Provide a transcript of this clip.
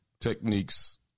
techniques